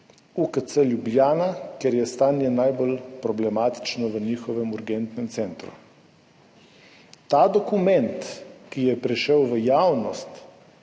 UKC Ljubljana, ker je stanje najbolj problematično v njihovem urgentnem centru. Ta dokument, ki je prišel v javnost,